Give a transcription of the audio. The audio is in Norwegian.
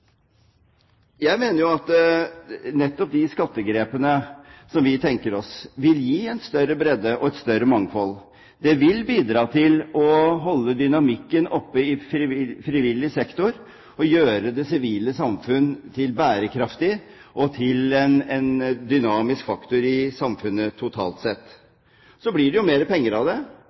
Jeg mener at nettopp de skattegrepene som vi tenker oss, vil gi en større bredde og et større mangfold. Det vil bidra til å holde dynamikken oppe i frivillig sektor og gjøre det sivile samfunn til en bærekraftig og dynamisk faktor i samfunnet totalt sett. Og så blir det jo mer penger av det,